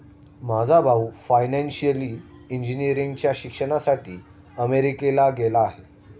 माझा भाऊ फायनान्शियल इंजिनिअरिंगच्या शिक्षणासाठी अमेरिकेला गेला आहे